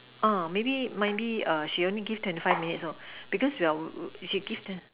uh maybe maybe err she only give twenty five minutes you know because we are she give them